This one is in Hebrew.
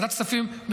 ועדת הכספים,